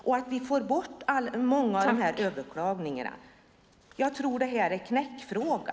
Vi måste få bort många av överklagandena. Jag tror att detta är en knäckfråga.